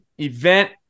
event